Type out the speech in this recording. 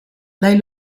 dai